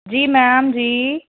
ਜੀ ਮੈਮ ਜੀ